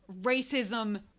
racism